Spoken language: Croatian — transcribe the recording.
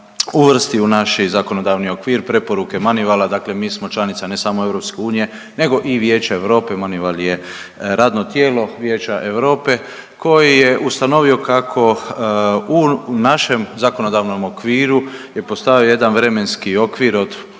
uvrsti u naši zakonodavni okvir preporuke MONEYVAL-a. Dakle, mi smo članica ne samo Europske unije nego i Vijeća Europe. MONEYVAL je radno tijelo Vijeća Europe koji je ustanovio kako u našem zakonodavnom okviru je postavio jedan vremenski okvir od